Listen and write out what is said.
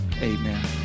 amen